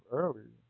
early